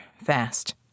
fast